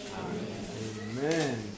Amen